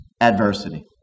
Adversity